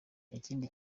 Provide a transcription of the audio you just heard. ikindi